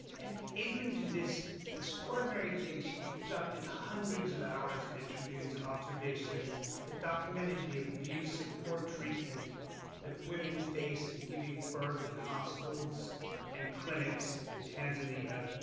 and adrienne did this extraordinary thing. she conducted hundreds of hours of interviews and observations that documented the abuse and poor treatment hat women face in giving birth in hospitals and clinics in tanzania,